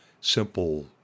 simple